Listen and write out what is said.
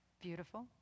Beautiful